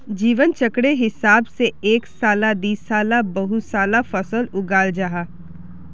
जीवन चक्रेर हिसाब से एक साला दिसाला बहु साला फसल उगाल जाहा